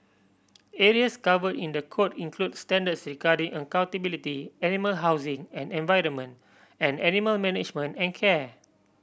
areas covered in the code include standards regarding accountability animal housing and environment and animal management and care